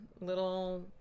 little